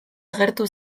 agertu